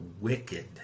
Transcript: wicked